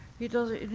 he doesn't,